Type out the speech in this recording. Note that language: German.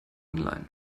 online